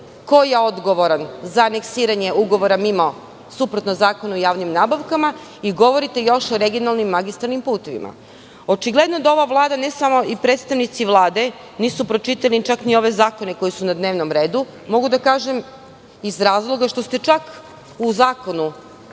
ko je odgovoran za aneksiranje ugovora mimo Zakona o javnim nabavkama i govorite još o regionalnim magistralnim putevima. Očigledno da predstavnici Vlade nisu pročitali čak ni ove zakone koji su na dnevnom redu. To mogu da kažem iz razloga što ste u zakonu